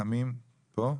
רחמים פה?